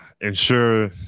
ensure